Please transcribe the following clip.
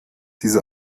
diese